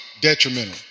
detrimental